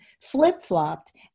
flip-flopped